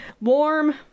warm